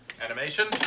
Animation